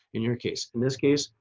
in your case. in this case,